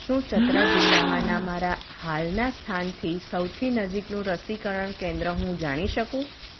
શું ચતરા જિલ્લામાંના મારા હાલના સ્થાનથી સૌથી નજીકનું રસીકરણ કેન્દ્ર હું જાણી શકું